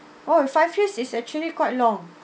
oh five years is actually quite long